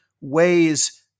ways